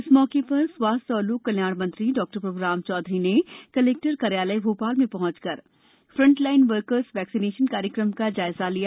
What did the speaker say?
इस मौके पर स्वास्थ और लोक कल्याण मंत्री प्रभ् राम चौधरी ने कलेक्टर कार्यालय भोपाल में पहंचकर फ्रंटलाइन वर्कर वैक्सीनेशन कार्यक्रम का जायजा लिया